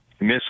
miss